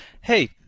hey –